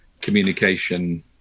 communication